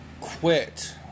quit